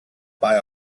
buy